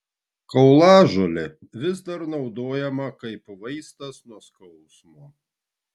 kaulažolė vis dar naudojama kaip vaistas nuo skausmo